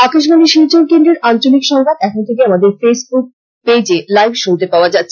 আকাশবাণী শিলচর কেন্দ্রের আঞ্চলিক সংবাদ এখন থেকে আমাদের ফেইসবুক পেজে লাইভ শুনতে পাওয়া যাচ্ছে